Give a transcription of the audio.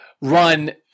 run